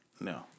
No